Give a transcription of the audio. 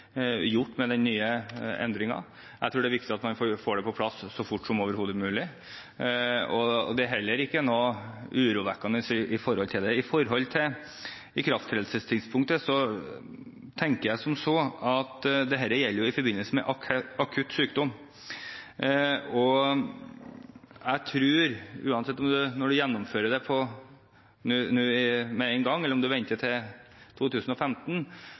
gjort med den nye endringen. Jeg tror det er viktig at man får dette på plass så fort som overhodet mulig. Det er heller ikke noe urovekkende i det. Når det gjelder ikrafttredelsestidspunktet, tenker jeg som så at dette er i forbindelse med akutt sykdom. Om man gjennomfører det med en gang, eller om man venter til 2015,